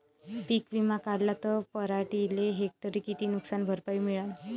पीक विमा काढला त पराटीले हेक्टरी किती नुकसान भरपाई मिळीनं?